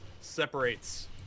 separates